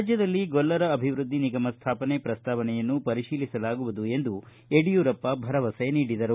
ರಾಜ್ಯದಲ್ಲಿ ಗೊಲ್ಲರ ಅಭಿವೃದ್ಧಿ ನಿಗಮ ಸ್ಥಾಪನೆ ಪ್ರಸ್ತಾವನೆಯನ್ನು ಪರಿಶೀಲಿಸಲಾಗುವುದು ಎಂದು ಯಡಿಯೂರಪ್ಪ ಭರವಸೆ ನೀಡಿದರು